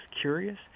curious